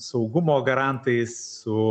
saugumo garantais su